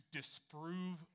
disprove